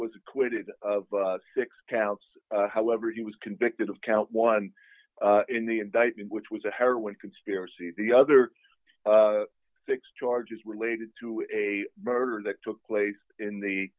was acquitted of six counts however he was convicted of count one in the indictment which was a heroin conspiracy the other six charges related to a murder that took place in the